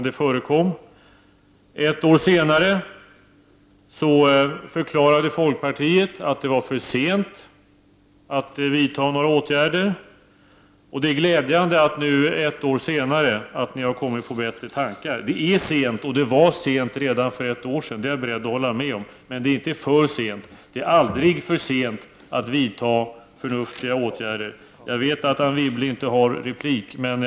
Det förekom. Ett år senare förklarade folkpartiet att det var för sent att vidta några åtgärder. Det är glädjande att ni nu, ännu ett år senare, har kommit på bättre tankar. Det är sent, och det var sent redan för ett år sedan — det är jag beredd att hålla med om — men det är inte för sent. Det är aldrig för sent att vidta förnuftiga åtgärder. Jag vet att Anne Wibble inte har rätt till replik.